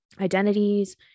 identities